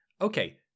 okay